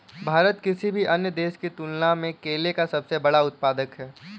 भारत किसी भी अन्य देश की तुलना में केले का सबसे बड़ा उत्पादक है